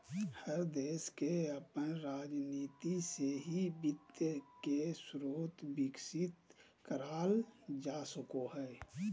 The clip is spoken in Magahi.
हर देश के अपन राजनीती से ही वित्त के स्रोत विकसित कईल जा सको हइ